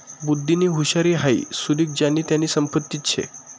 बुध्दीनी हुशारी हाई सुदीक ज्यानी त्यानी संपत्तीच शे